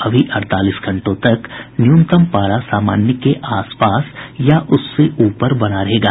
अभी अड़तालीस घंटों तक न्यूनतम पारा सामान्य के आसपास या उससे ऊपर बना रहेगा